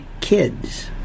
kids